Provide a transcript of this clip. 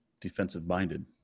defensive-minded